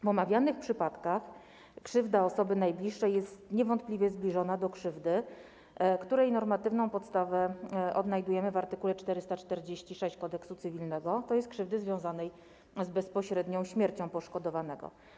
W omawianych przypadkach krzywda osoby najbliższej jest niewątpliwie zbliżona do krzywdy, której normatywną podstawę odnajdujemy w art. 446 Kodeksu cywilnego, tj. krzywdy związanej bezpośrednio ze śmiercią poszkodowanego.